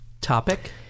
topic